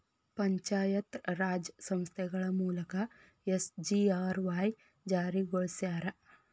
ಪಂಚಾಯತ್ ರಾಜ್ ಸಂಸ್ಥೆಗಳ ಮೂಲಕ ಎಸ್.ಜಿ.ಆರ್.ವಾಯ್ ಜಾರಿಗೊಳಸ್ಯಾರ